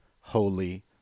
holy